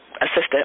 assistant